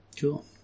Cool